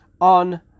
on